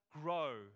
grow